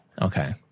Okay